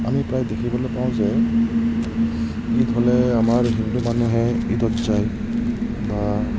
আমি প্ৰায় দেখিবলৈ পাওঁ যে ইফালে আমাৰ হিন্দু মানুহে ঈদত যায় বা